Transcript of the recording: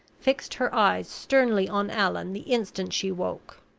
fixed her eyes sternly on allan the instant she woke.